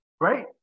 Right